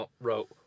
wrote